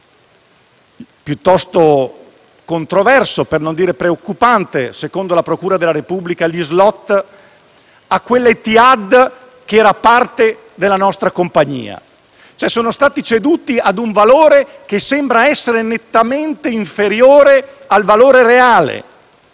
piuttosto controverso - per non dire preoccupante, secondo la procura della Repubblica - gli *slot* a quell'Etihad che era parte della nostra compagnia. Tali *slot* sono stati ceduti a un valore che sembra essere nettamente inferiore a quello reale.